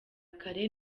kare